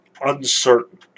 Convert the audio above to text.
uncertain